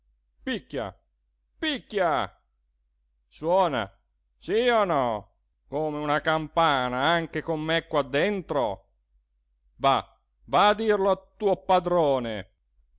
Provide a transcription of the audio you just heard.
picchia picchia suona si o no come una campana anche con me qua dentro va va a dirlo al tuo padrone